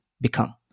become